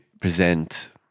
present